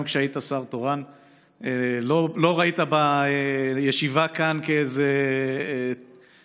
גם כשהיית שר תורן לא ראית בישיבה כאן איזה כורח,